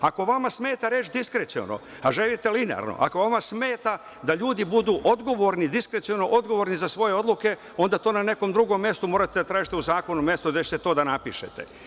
Ako vama smeta reč „diskreciono“, a želite linearno, ako vama smeta da ljudi budu odgovorni, diskreciono odgovorni za svoje odluke, onda to na nekom drugom mestu morate da tražite u zakonu mesto gde ćete da napišete.